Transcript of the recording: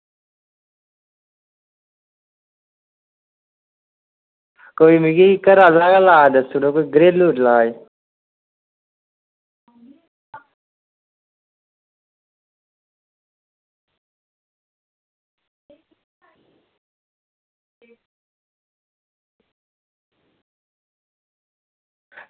कोई मिगी घरा दा ईलाज दस्सी ओड़ेओ कोई घरेलु ईलाज